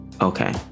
Okay